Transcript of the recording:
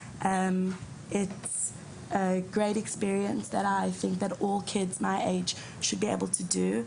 זה חוויה מדהימה שאני חושבת שכל הילדים בגילי צריכים לעשות,